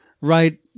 right